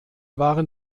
waren